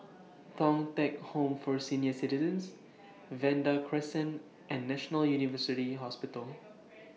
Thong Teck Home For Senior Citizens Vanda Crescent and National University Hospital